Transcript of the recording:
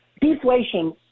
Deflation